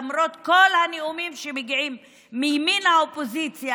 למרות כל הנאומים שמגיעים מימין האופוזיציה